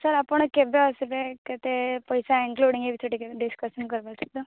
sir ଆପଣ କେବେ ଆସିବେ କେତେ ପଇସା ଇନ୍କ୍ଲୁଡ଼ିଙ୍ଗ୍ ଏଇ ବିଷୟରେ ଟିକେ ଡିସ୍କସନ୍ କରିବାର୍ ଥିଲା